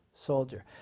Soldier